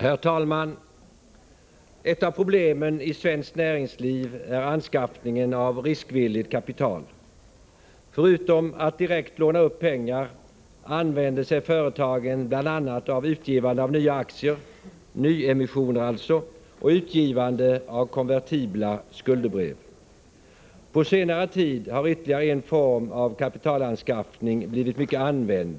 Herr talman! Ett av problemen i svenskt näringsliv är anskaffningen av riskvilligt kapital. Förutom att direkt låna upp pengar använder sig företagen av utgivande av nya aktier — alltså nyemissioner — och utgivande av konvertibla skuldebrev. På senare tid har ytterligare en form av kapitalanskaffning blivit mycket använd,